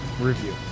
review